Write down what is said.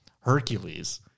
Hercules